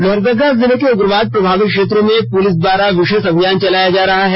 लोहरदगा जिला के उग्रवाद प्रभावित क्षेत्रों में पुलिस द्वारा विशेष अभियान चलाया जा रहा है